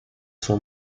sua